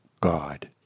God